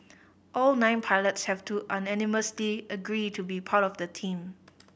all nine pilots have to unanimously agree to be part of the team